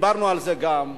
דיברנו על זה גם.